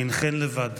אינכן לבד.